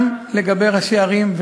גם לגבי ראשי ערים,